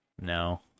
no